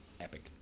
epic